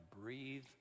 breathe